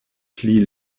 pli